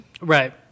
Right